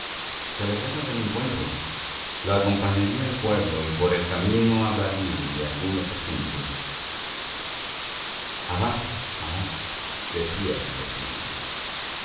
se alegraba del encuentro la acompañaría al pueblo y por el camino hablarían de algunos asuntos avant avant decía el hombrecillo